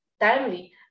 timely